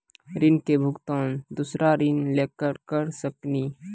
ऋण के भुगतान दूसरा ऋण लेके करऽ सकनी?